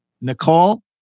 Nicole